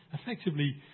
Effectively